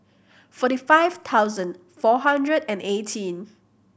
forty five thousand four hundred and eighteen